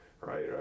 right